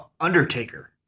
Undertaker